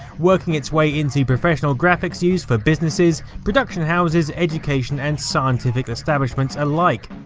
working its way into professional graphics use for businesses, production houses, education and scientific establishments alike.